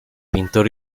pintor